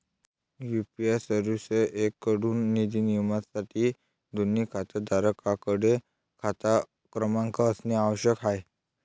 UPI सर्व्हिसेसएकडून निधी नियमनासाठी, दोन्ही खातेधारकांकडे खाता क्रमांक असणे आवश्यक आहे